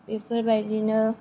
बेफोरबायदिनो